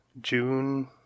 June